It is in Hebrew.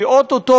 כי או-טו-טו,